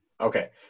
Okay